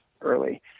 early